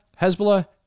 Hezbollah